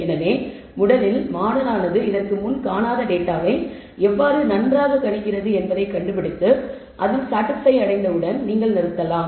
எனவே முதலில் மாடல் ஆனது இதற்கு முன் காணாத டேட்டாவை எவ்வளவு நன்றாக கணிக்கிறது என்பதைக் கண்டுபிடித்து அதில் சாடிஸ்பய் அடைந்தவுடன் நீங்கள் நிறுத்தலாம்